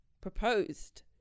proposed